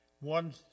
one